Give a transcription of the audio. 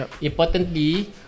Importantly